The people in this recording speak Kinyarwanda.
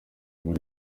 muri